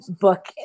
book